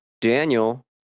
Daniel